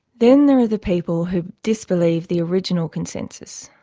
then there are the people who disbelieve the original consensus,